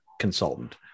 consultant